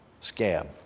scab